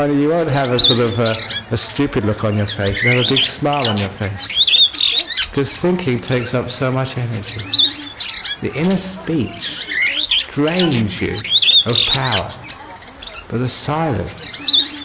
but you all ah and have sort of ah a stupid look on your face and have a big smile on your face because thinking takes up so much energy the inner speech drains you of power but the silence,